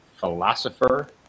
philosopher